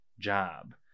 Job